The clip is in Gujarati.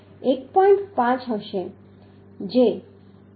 5 હશે જે 6